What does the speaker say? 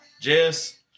Jess